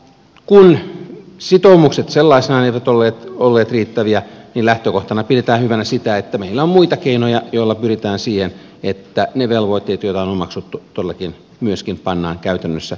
kun sitoumukset sellaisenaan eivät olleet riittäviä niin hyvänä lähtökohtana pidetään sitä että meillä on muita keinoja joilla pyritään siihen että ne velvoitteet joita on omaksuttu todellakin myöskin pannaan käytännössä toimenpiteisiin